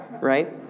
right